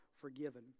forgiven